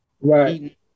right